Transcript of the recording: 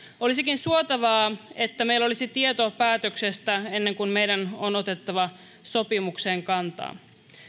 olisikin suotavaa että meillä olisi tieto päätöksestä ennen kuin meidän on otettava sopimukseen kantaa